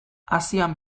asian